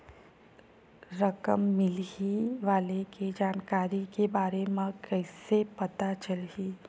रकम मिलही वाले के जानकारी के बारे मा कइसे पता चलही?